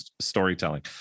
storytelling